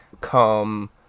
come